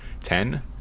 ten